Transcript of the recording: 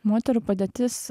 moterų padėtis